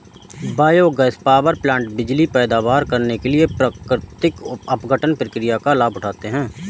biogas power plant बिजली पैदा करने के लिए प्राकृतिक अपघटन प्रक्रिया का लाभ उठाते हैं